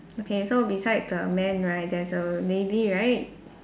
okay so beside the men right there's a lady right